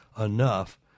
enough